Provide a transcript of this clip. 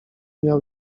miał